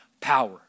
power